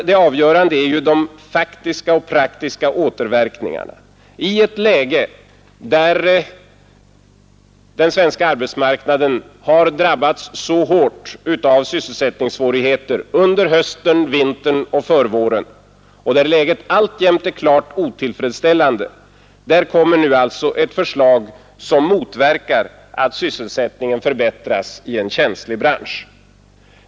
Det avgörande är ju de faktiska och praktiska återverkningarna i ett läge där den svenska arbetsmarknaden har drabbats så hårt av sysselsättningssvårigheter under hösten, vintern och förvåren och där läget alltjämt är klart otillfredsställande. Där kommer alltså ett förslag som motverkar att sysselsättningen förbättras i en känslig bransch.